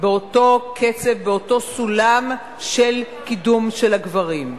באותו קצב, באותו סולם של קידום של הגברים.